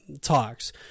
talks